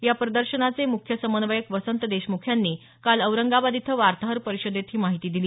या प्रदर्शनाचे मुख्य समन्वयक वसंत देशमुख यांनी काल औरंगाबाद इथं वार्ताहर परिषदेत ही माहिती दिली